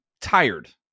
tired